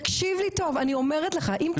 תקשיב לי טוב, אני אומרת לך, אם תמצא.